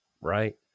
right